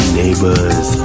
neighbors